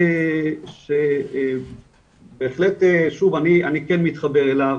הדבר שבהחלט, שוב אני, כן מתחבר אליו